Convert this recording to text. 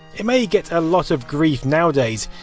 it may get a lot of grief nowdays,